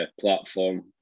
platform